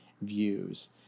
views